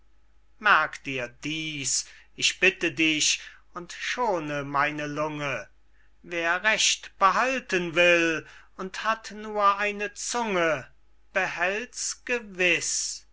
merk dir dieß ich bitte dich und schone meine lunge wer recht behalten will und hat nur eine zunge behält's gewiß